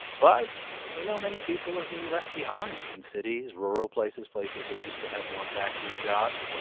but we know many people are being left behind. in cities, rural places, places that used to have more factory jobs.